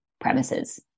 premises